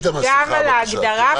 שגם בהם ניתנים טיפולים בריאותיים לפעמים,